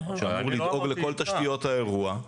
שאמור לדאוג לכל תשתיות האירוע.